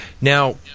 Now